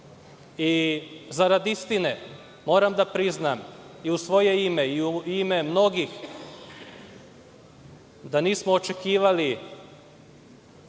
i zarad istine, moram da priznam i u svoje ime i u ime mnogih, da nismo očekivali